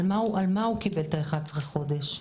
על מה הוא קיבל 11 חודשים?